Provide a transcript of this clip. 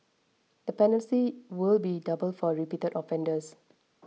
the penalties will be doubled for repeated offenders